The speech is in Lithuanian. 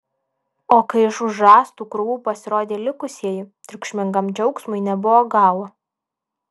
o kai iš už rąstų krūvų pasirodė likusieji triukšmingam džiaugsmui nebuvo galo